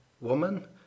Woman